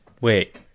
Wait